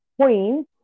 Queen